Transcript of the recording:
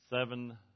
seven